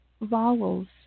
vowels